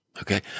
Okay